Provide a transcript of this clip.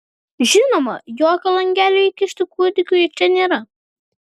žinoma jokio langelio įkišti kūdikiui čia nėra